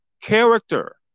character